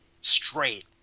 straight